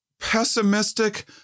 pessimistic